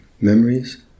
Memories